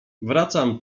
wracam